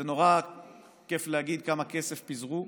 זה נורא כיף להגיד כמה כסף פיזרו,